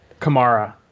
Kamara